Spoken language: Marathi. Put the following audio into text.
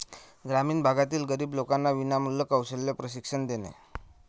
ग्रामीण भागातील गरीब लोकांना विनामूल्य कौशल्य प्रशिक्षण देणे